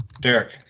Derek